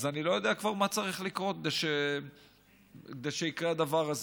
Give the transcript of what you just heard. אז אני לא יודע כבר מה צריך לקרות כדי שיקרה הדבר הזה.